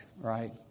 right